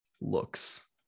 looks